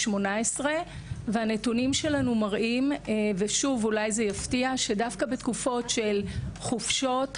והנתונים מראים שדווקא בתקופות של חופשות,